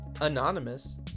anonymous